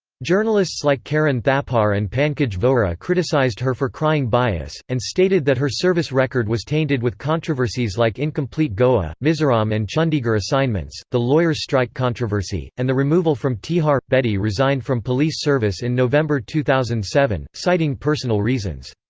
journalists like karan thapar and pankaj vohra criticized her for crying bias, and stated that her service record was tainted with controversies like incomplete goa, mizoram and chandigarh assignments the lawyers' strike controversy and the removal from tihar bedi resigned from police service in november two thousand and seven, citing personal reasons.